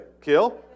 kill